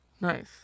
nice